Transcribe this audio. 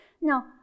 Now